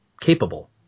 capable